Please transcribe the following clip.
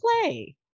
play